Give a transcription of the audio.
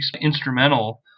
instrumental